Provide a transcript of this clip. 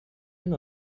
and